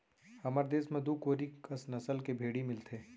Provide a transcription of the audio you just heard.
हमर देस म दू कोरी कस नसल के भेड़ी मिलथें